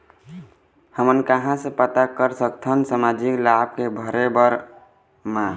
हमन कहां से पता कर सकथन सामाजिक लाभ के भरे बर मा?